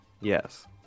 Yes